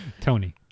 Tony